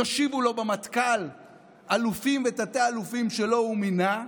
יושיבו לו במטכ"ל אלופים ותתי-אלופים שלא הוא מינה,